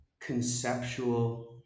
conceptual